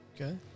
Okay